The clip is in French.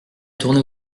tourner